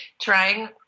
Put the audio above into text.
trying